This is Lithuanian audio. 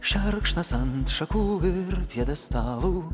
šerkšnas ant šakų ir pjedestalo